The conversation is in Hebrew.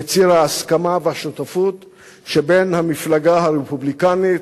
בציר ההסכמה והשותפות שבין המפלגה הרפובליקנית